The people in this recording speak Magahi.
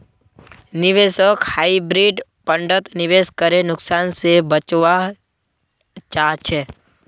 निवेशक हाइब्रिड फण्डत निवेश करे नुकसान से बचवा चाहछे